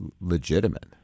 legitimate